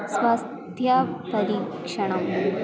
स्वास्थ्यपरिरक्षणम्